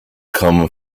come